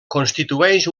constitueix